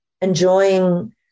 enjoying